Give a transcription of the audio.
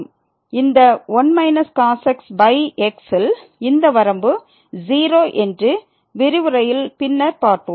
இந்த 1 cos x x ல் இந்த வரம்பு 0 என்று விரிவுரையில் பின்னர் பார்ப்போம்